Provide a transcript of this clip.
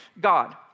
God